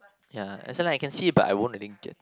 ya as in I can see but I won't to link it